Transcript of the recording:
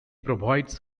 provides